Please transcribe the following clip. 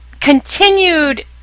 continued